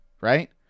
right